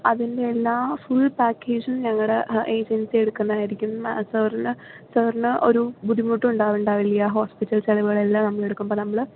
അതിൻറെ എല്ലാ ഫുൾ പാക്കേജും ഞങ്ങളുടെ ഏജൻസി എടുക്കുന്നതായിരിക്കും സാറിന് സാറിന് ഒരു ബുദ്ധിമുട്ടും ഉണ്ടാവില്ല ഹോസ്പിറ്റൽ ചിലവുകളെല്ലാം നമ്മൾ എടുക്കും ഇപ്പോൾ നമ്മൾ